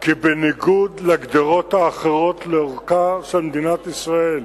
כי בניגוד לגדרות האחרות לאורכה של מדינת ישראל,